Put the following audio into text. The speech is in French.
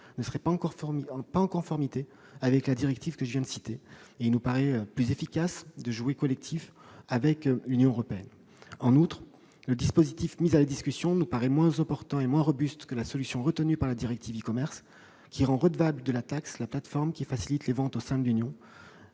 ne seraient pas en conformité avec la directive. Il nous paraît plus efficace de jouer collectif avec l'Union européenne. En outre, le dispositif mis à la discussion nous paraît moins opportun et moins robuste que la solution retenue par la directive e-commerce. Celle-ci rend redevable de la taxe la plateforme qui facilite les ventes au sein de l'Union,